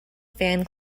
fan